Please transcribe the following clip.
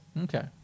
Okay